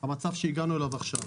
אלא למצב שהגענו אליו עכשיו.